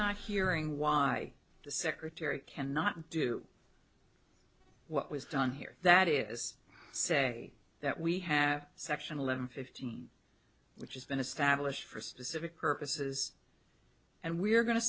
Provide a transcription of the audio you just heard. not hearing why the secretary cannot do what was done here that is say that we have section eleven fifteen which has been established for specific purposes and we're going to